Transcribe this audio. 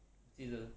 记得